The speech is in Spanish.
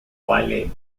vale